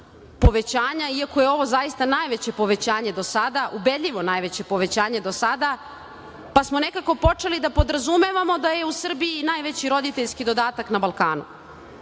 iako je ovo zaista najveće povećanje do sada, ubedljivo najveće povećanje do sada, pa smo nekako počeli da podrazumevamo da u Srbiji je najveći roditeljski dodatak na Balkanu.